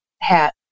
hat